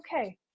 okay